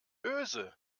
öse